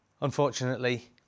Unfortunately